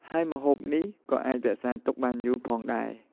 ហើយម្ហូបនេះក៏អាចរក្សាទុកបានយូរផងដែរ។